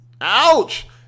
Ouch